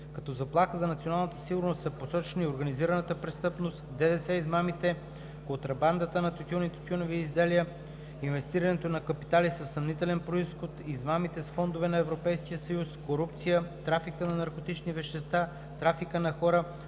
Като заплаха за националната сигурност са посочени организираната престъпност, ДДС измамите, контрабандата на тютюн и тютюневи изделия, инвестирането на капитали със съмнителен произход, измамите с фондове на Европейския съюз, корупцията, трафика на наркотични вещества, трафика на хора,